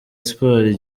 sports